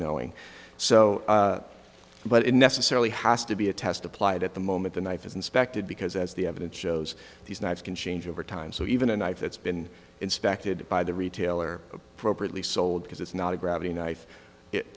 knowing so but it necessarily has to be a test applied at the moment the knife is inspected because as the evidence shows these knives can change over time so even a knife that's been inspected by the retailer appropriately sold because it's not a gravity knife it